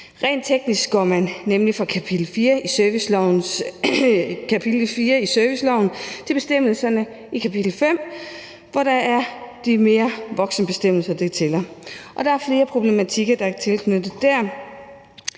Rent teknisk går man nemlig fra kapitel fire i serviceloven til bestemmelserne i kapitel fem, hvor det er bestemmelserne om voksne, der tæller. Og der er flere problematikker, der er tilknyttet det.